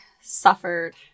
suffered